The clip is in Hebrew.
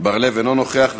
אינו נוכח.